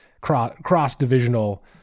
Cross-divisional